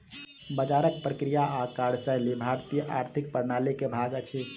बजारक प्रक्रिया आ कार्यशैली भारतीय आर्थिक प्रणाली के भाग अछि